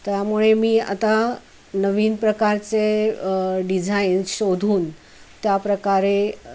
त्यामुळे मी आता नवीन प्रकारचे डिझाईन शोधून त्याप्रकारे